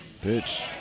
Pitch